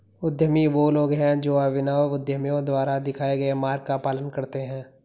उद्यमी वे लोग हैं जो अभिनव उद्यमियों द्वारा दिखाए गए मार्ग का पालन करते हैं